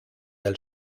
del